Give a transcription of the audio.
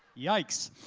yikes,